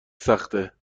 سخته